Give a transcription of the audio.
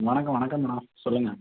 வணக்கம் வணக்கம் மேடம் சொல்லுங்கள்